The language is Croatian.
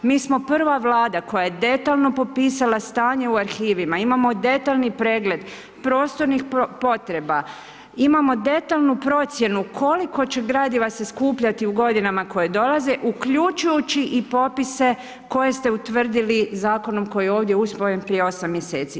Mi smo prva Vlada koja je detaljno popisala stanje u arhivima, imamo detaljni pregled prostornih potreba, imamo detaljnu procjenu koliko će gradiva se skupljati u godinama koje dolaze uključujući i popise koje ste utvrdili zakonom koji je ovdje usvojen prije 8 mjeseci.